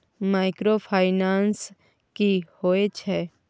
Microfinance की होय छै?